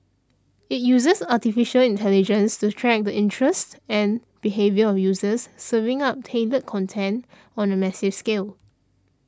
it uses Artificial Intelligence to track the interests and behaviour of users serving up tailored content on a massive scale